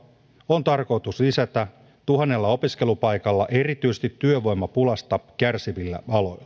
on tarkoitus lisätä tuhannella opiskelupaikalla erityisesti työvoimapulasta kärsivillä aloilla